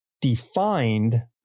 defined